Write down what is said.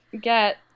get